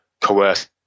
coerce